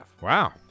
wow